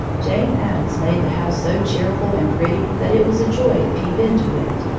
jane addams made the house so cheerful and pretty that it was a joy to peep into it.